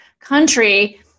country